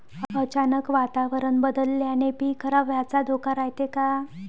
अचानक वातावरण बदलल्यानं पीक खराब व्हाचा धोका रायते का?